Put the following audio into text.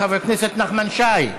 חבר הכנסת נחמן שי.